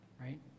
right